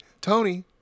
Tony